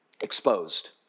exposed